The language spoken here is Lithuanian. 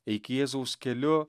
eik jėzaus keliu